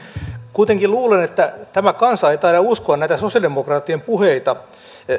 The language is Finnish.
kuitenkin luulen että tämä kansa ei taida uskoa näitä sosiaalidemokraattien puheita